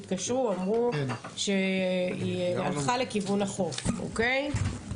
התקשרו ואמרו שהיא הלכה לכיוון החוף, אוקיי?